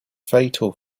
fatal